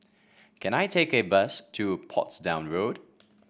can I take a bus to Portsdown Road